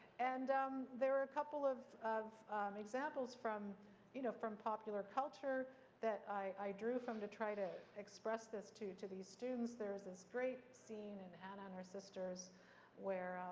and um there are a couple of of examples from you know from popular culture that i drew from to try to express this to to these students. there is this great scene in hanna and her sisters where